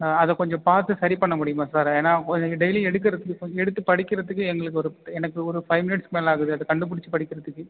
அதை கொஞ்சம் பார்த்து சரி பண்ண முடியுமா சார் ஏன்னா கொஞ்சம் டெய்லியும் எடுக்குறதுக்கு எடுத்து படிக்கிறதுக்கு எங்களுக்கு ஒரு எனக்கு ஒரு ஃபைவ் மினிட்ஸ்க்கு மேலே ஆகுது அதை கண்டுபுடிச்சு படிக்கிறதுக்கு